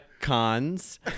cons